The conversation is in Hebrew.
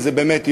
וזה באמת יופי,